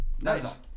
Nice